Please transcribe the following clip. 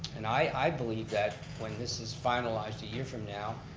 and i believe that when this is finalized a year from now,